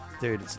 Dude